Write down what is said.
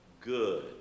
good